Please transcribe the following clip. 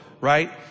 right